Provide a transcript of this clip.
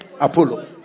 Apollo